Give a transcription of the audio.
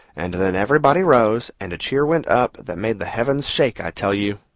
and then everybody rose, and a cheer went up that made the heavens shake, i tell you!